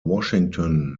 washington